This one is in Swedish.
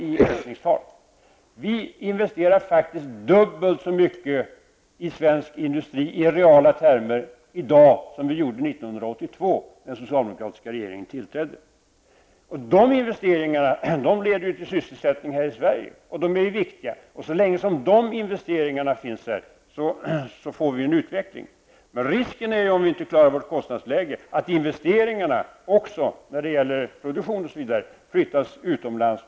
I dag investerar vi i reala termer faktiskt dubbelt så mycket som vi gjorde år 1982 när den socialdemokratiska regeringen tillträdde. De investeringarna leder till sysselsättning här i Sverige, och de är viktiga. Så länge sådana investeringar görs får vi en utveckling. Om vi inte klarar vårt kostnadsläge är risken att investeringar och produktion flyttas utomlands.